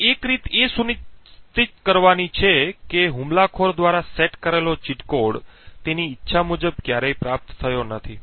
તેથી એક રીત એ સુનિશ્ચિત કરવાની છે કે હુમલાખોર દ્વારા સેટ કરેલો ચીટ કોડ તેની ઇચ્છા મુજબ ક્યારેય પ્રાપ્ત થયો નથી